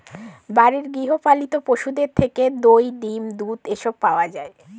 বাড়ির গৃহ পালিত পশুদের থেকে দই, ডিম, দুধ এসব পাওয়া যায়